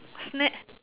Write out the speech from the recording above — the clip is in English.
snake